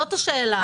זאת השאלה.